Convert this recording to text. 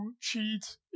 cheat